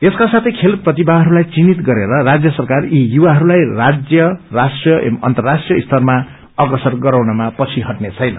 यसका साथे खेल प्रतिभाहरूलाई चिन्हित गरेर राज्य सरकार यी युवाहरूलाई राज्य राष्ट्रिय एवं अन्तराष्ट्रिय स्तरमा अग्रसर गराउनमा पछि हटने छैन